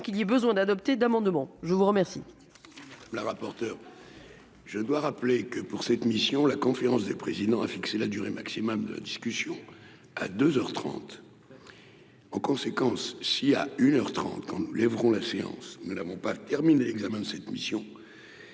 qu'il y ait besoin d'adopter d'amendements, je vous remercie. La rapporteure. Je dois rappeler que pour cette mission, la conférence des présidents a fixé la durée maximum de discussion à 2 heures 30 en conséquence si, à une heure 30 lèveront la séance, nous n'avons pas terminé l'examen de cette mission,